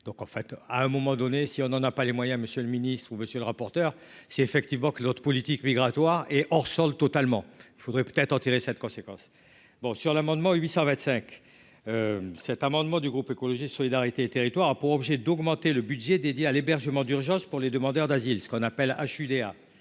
donc en fait à un moment donné, si on en a pas les moyens, Monsieur le Ministre, vous, monsieur le rapporteur, si effectivement que l'autre politique migratoire et hors sol totalement, il faudrait peut-être tirer cette conséquence bon sur l'amendement 825 cet amendement du groupe écologiste solidarité territoires a pour objet d'augmenter le budget dédié à l'hébergement d'urgence pour les demandeurs d'asile, ce qu'on appelle H.